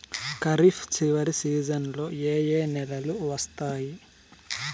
ఖరీఫ్ చివరి సీజన్లలో ఏ ఏ నెలలు వస్తాయి